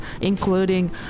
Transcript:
including